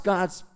God's